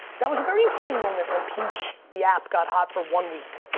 that was a very interesting moment when peach, the app got hot for one week